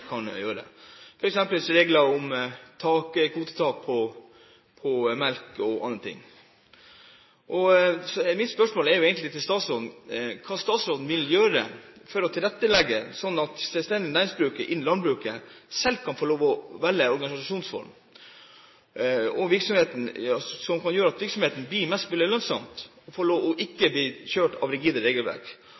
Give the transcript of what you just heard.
kan gjøre, f.eks. finnes det regler om kvotetak på melkeproduksjonen og andre ting. Mitt spørsmål til statsråden er: Hva vil statsråden gjøre for å tilrettelegge, sånn at selvstendig næringsdrivende innen landbruket selv kan få lov å velge en organisasjonsform som gjør at virksomheten blir mest mulig lønnsom, ikke bli overkjørt av rigide regelverk,